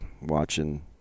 watching